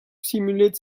simulate